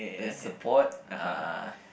there's support uh